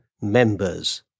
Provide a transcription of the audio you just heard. members